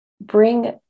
bring